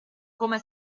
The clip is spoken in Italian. come